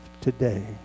today